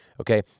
okay